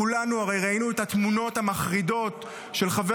הרי כולנו ראינו את התמונות המחרידות של חבר